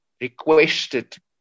requested